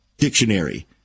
Dictionary